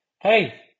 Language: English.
hey